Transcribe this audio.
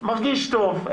מרגיש טוב,